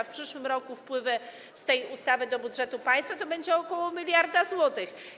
W przyszłym roku wpływy z tej ustawy do budżetu państwa to będzie ok. 1 mld zł.